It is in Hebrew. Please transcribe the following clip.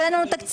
אין לנו תקציב,